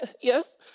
Yes